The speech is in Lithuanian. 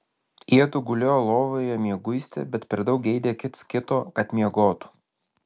jiedu gulėjo lovoje mieguisti bet per daug geidė kits kito kad miegotų